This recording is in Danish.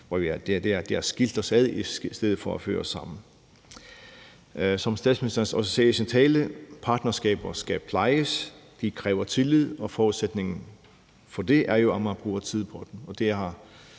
konflikter, og det har skilt os ad i stedet for at føre os sammen. Som statsministeren også sagde i sin tale, skal partnerskaber plejes. De kræver tillid, og forudsætningen for det er jo at bruge tid på dem.